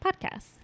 Podcasts